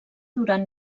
durant